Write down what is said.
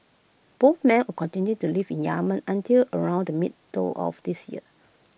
both men would continue to live in Yemen until around the middle of last year